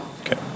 Okay